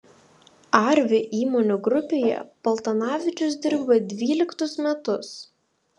arvi įmonių grupėje paltanavičius dirba dvyliktus metus